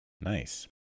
nice